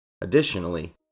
Additionally